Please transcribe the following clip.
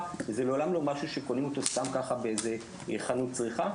זה לעולם לא משהו שקונים אותו סתם ככה באיזו חנות צריכה.